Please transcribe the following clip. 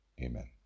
Amen